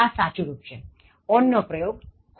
એ સાચું રુપ છે on નો પ્રયોગ ખોટો છે